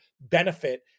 benefit